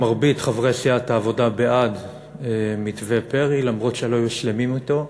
חברי סיעת העבודה בעד מתווה פרי אף שלא היו שלמים אתו.